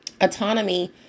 autonomy